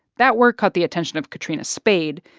that work caught the attention of katrina spade,